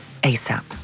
ASAP